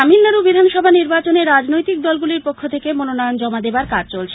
তামিলনাড় বিধানসভা নির্বাচনে রাজনৈতিক দলগুলির পক্ষ থেকে মনোনয়ন জমা দেবার কাজ চলছে